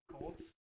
Colts